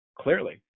clearly